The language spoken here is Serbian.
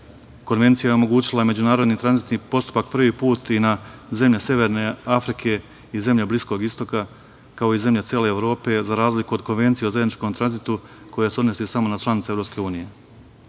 Konvencija je omogućila međunarodni tranzitni postupak prvi put i na zemlje severne Afrike i zemlje Bliskog istoka, kao i zemlje cele Evrope, za razliku od Konvencija o zajedničkom tranzitu koja se odnosi samo na članice EU.Pored svih